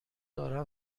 دارم